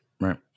right